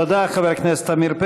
תודה, חבר הכנסת עמיר פרץ.